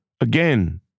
again